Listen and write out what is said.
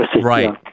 Right